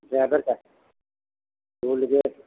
driver साहब toll gate